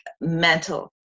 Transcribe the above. mental